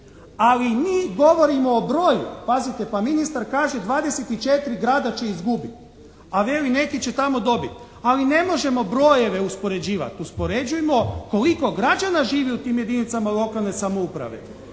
Ali mi govorimo o broju. Pazite, pa ministar kaže 24 grada će izgubiti. A veli neki će tamo dobiti. Ali ne možemo brojeve uspoređivati. Uspoređujem koliko građana živi u tim jedinicama lokalne samouprave.